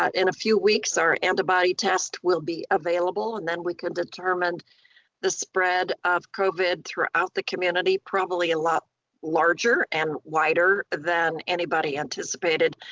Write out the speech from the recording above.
in a few weeks, our antibody test will be available. and then we can determine the spread of covid throughout the community, probably a lot larger and wider than anybody anticipated.